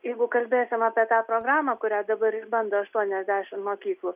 jeigu kalbėsim apie tą programą kurią dabar išbando aštuoniasdešimt mokyklų